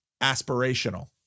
aspirational